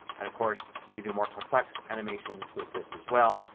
and of course you can do more complex and um actions with this as well.